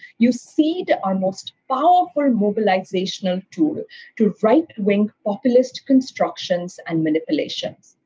you cede our most powerful mobilizational tool to right-wing populist constructions and manipulations.